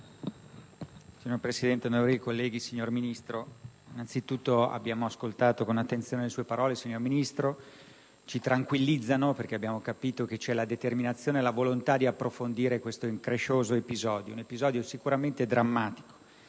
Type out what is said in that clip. Signor Presidente, onorevoli colleghi, signor Ministro, abbiamo ascoltato con attenzione le sue parole, e ci tranquillizzano, perché abbiamo capito che c'è la determinazione e la volontà di approfondire questo increscioso episodio, sicuramente drammatico,